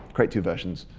create two versions,